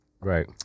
right